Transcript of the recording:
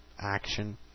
action